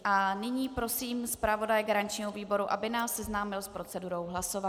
A nyní prosím zpravodaje garančního výboru, aby nás seznámil s procedurou hlasování.